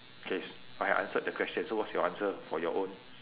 okay s~ I answered the question so what's your answer for your own